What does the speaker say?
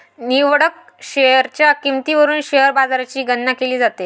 निवडक शेअर्सच्या किंमतीवरून शेअर बाजाराची गणना केली जाते